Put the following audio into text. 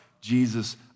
Jesus